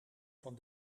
van